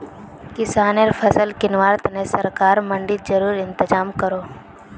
किस्सानेर फसल किंवार तने सरकार मंडित ज़रूरी इंतज़ाम करोह